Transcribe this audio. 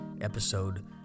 episode